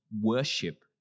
worship